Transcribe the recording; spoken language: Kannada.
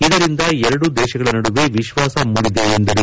ಇದರಿಂದ ಎರಡೂ ದೇಶಗಳ ನಡುವೆ ವಿಶ್ವಾಸ ಮೂಡಿದೆ ಎಂದರು